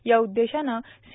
या उद्देशाने सी